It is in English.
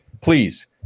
Please